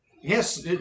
Yes